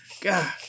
God